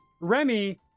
Remy